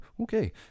okay